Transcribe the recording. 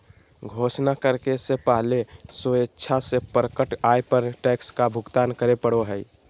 घोषणा करे से पहले स्वेच्छा से प्रकट आय पर टैक्स का भुगतान करे पड़ो हइ